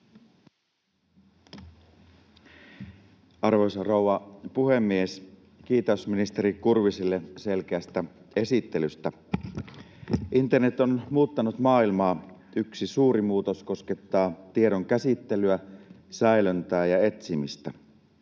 Arvoisa rouva puhemies! Kiitos ministeri Kurviselle selkeästä esittelystä. Internet on muuttanut maailmaa. Yksi suuri muutos koskettaa tiedon käsittelyä, säilöntää ja etsimistä.